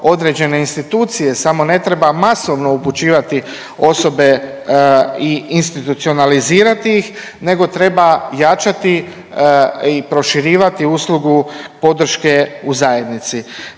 određene institucije, samo ne treba masovno upućivati osobe i institucionalizirati ih nego treba jačati i proširivati uslugu podrške u zajednici.